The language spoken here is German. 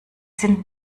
sind